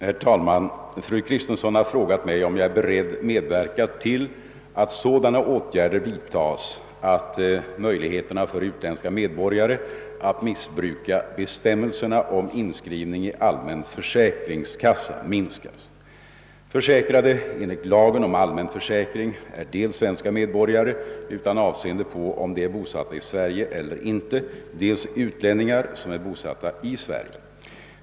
Herr talman! Fru Kristensson har frågat mig om jag är beredd medverka till att sådana åtgärder vidtas att möjligheterna för utländska medborgare att missbruka bestämmelserna om inskrivning i allmän försäkringskassa minskas. Försäkrade enligt lagen om allmän försäkring är dels svenska medborgare — utan avseende på om de är bosatta i Sverige eller inte — dels utlänningar som är bosatta i Sverige.